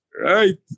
Right